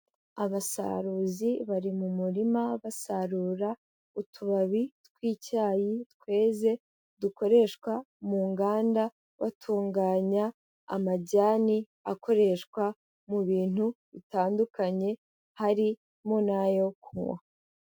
Abasaruzi bari mu murima basarura utubabi twi'icyayi tweze, dukoreshwa mu nganda batunganya amajyani akoreshwa mu bintu bitandukanye, harimo n'ayo kunywa.